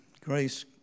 grace